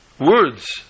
words